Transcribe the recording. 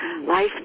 Life